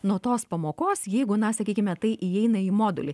nuo tos pamokos jeigu na sakykime tai įeina į modulį